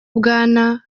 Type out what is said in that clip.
bwana